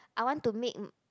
I want to make